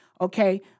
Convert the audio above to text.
Okay